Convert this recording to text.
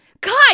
God